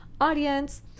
audience